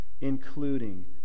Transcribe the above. including